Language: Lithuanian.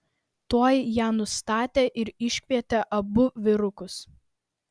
tuoj ją nustatė ir išsikvietė abu vyrukus